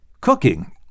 Cooking